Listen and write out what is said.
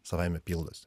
savaime pildosi